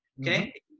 Okay